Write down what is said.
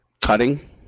cutting